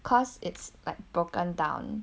cause it's like broken down